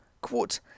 quote